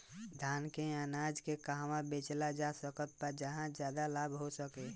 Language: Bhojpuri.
धान के अनाज के कहवा बेचल जा सकता जहाँ ज्यादा लाभ हो सके?